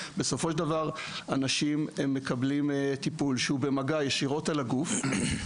בסופו של דבר אנשים מקבלים טיפול שהוא במגע ישירות על הגוף,